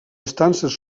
estances